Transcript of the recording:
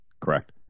Correct